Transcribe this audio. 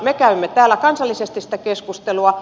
me käymme täällä kansallisesti sitä keskustelua